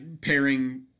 pairing